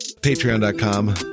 Patreon.com